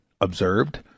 observed